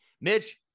Mitch